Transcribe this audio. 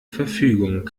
verfügung